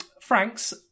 Franks